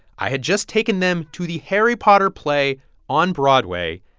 i had just taken them to the harry potter play on broadway.